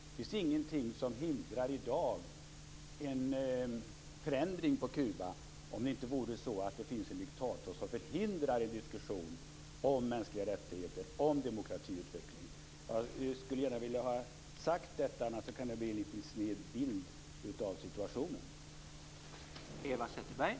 Det finns ingenting i dag som hindrar en förändring på Kuba om det inte vore så att det fanns en diktator som förhindrar en diskussion om mänskliga rättigheter och om demokratiutveckling. Jag vill gärna ha detta sagt, annars kan det bli en litet sned bild av situationen.